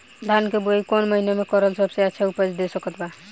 धान के बुआई कौन महीना मे करल सबसे अच्छा उपज दे सकत बा?